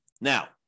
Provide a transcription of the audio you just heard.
Now